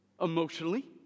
Emotionally